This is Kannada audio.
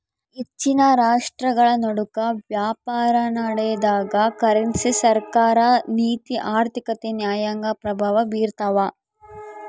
ಹೆಚ್ಚಿನ ರಾಷ್ಟ್ರಗಳನಡುಕ ವ್ಯಾಪಾರನಡೆದಾಗ ಕರೆನ್ಸಿ ಸರ್ಕಾರ ನೀತಿ ಆರ್ಥಿಕತೆ ನ್ಯಾಯಾಂಗ ಪ್ರಭಾವ ಬೀರ್ತವ